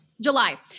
July